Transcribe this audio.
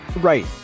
Right